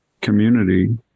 community